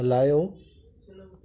हलायो